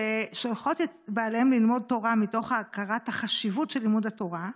ששולחות את בעליהן ללמוד תורה מתוך הכרת החשיבות של לימוד התורה,